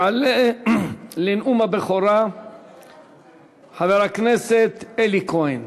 יעלה לנאום הבכורה חבר הכנסת אלי כהן.